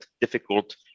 difficult